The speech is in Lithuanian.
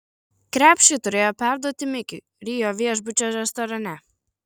krepšį turėjo perduoti mikiui rio viešbučio restorane